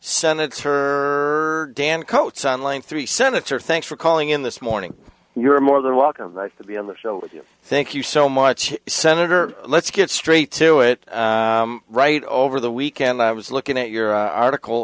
senator dan coats on line three senator thanks for calling in this morning you're more than welcome nice to be on the show with you thank you so much senator let's get straight to it right over the weekend i was looking at your article